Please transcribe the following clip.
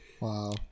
wow